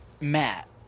Matt